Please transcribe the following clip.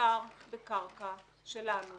מדובר בקרקע שלנו.